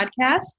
podcast